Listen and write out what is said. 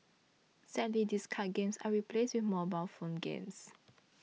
sadly these card games are replaced with mobile phone games